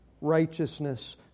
righteousness